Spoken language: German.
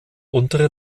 untere